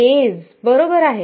a's बरोबर आहे